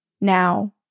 Now